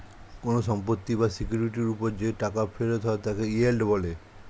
কোন সম্পত্তি বা সিকিউরিটির উপর যে টাকা ফেরত হয় তাকে ইয়েল্ড বলে